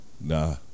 Nah